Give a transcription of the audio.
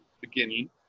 beginning